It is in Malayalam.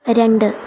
രണ്ട്